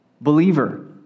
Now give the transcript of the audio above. Believer